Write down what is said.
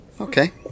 Okay